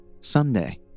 someday